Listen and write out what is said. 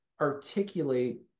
articulate